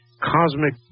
cosmic